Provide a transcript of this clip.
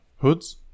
hoods